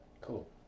Cool